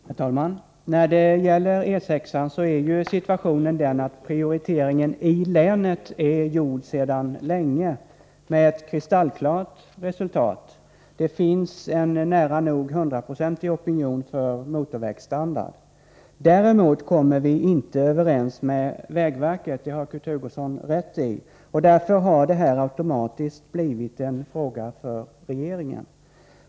Herr talman! När det gäller E 6 är situationen den att prioriteringen i länet är gjord sedan länge med ett kristallklart resultat. Det finns en nära nog hundraprocentig opinion för motorvägsstandard. Däremot kommer vi inte överens med vägverket — det har Kurt Hugosson rätt i. Därför har detta ärende automatiskt blivit en fråga för regeringen.